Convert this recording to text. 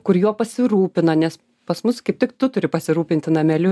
kur juo pasirūpina nes pas mus kaip tik tu turi pasirūpinti nameliu